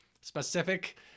specific